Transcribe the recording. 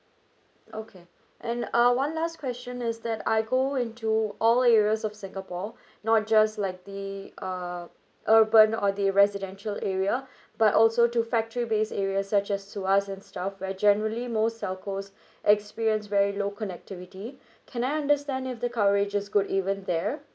okay and uh one last question is that I go into all areas of singapore not just like the uh urban or the residential area but also to factory based areas such as tuas and stuff where generally most telcos experience very low connectivity can I understand if the coverages good even there